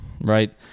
right